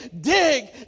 dig